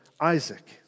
Isaac